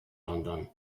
london